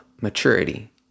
maturity